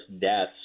deaths